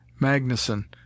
Magnuson